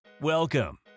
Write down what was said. Welcome